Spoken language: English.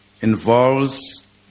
involves